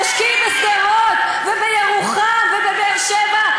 תשקיעי בשדרות ובירוחם ובבאר-שבע,